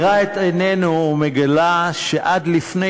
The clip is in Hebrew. עד לפני